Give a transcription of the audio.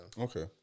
Okay